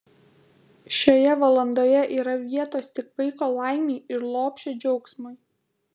šioje valandoje yra vietos tik vaiko laimei ir lopšio džiaugsmui